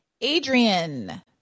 Adrian